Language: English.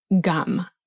gum